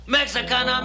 Mexican